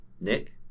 Nick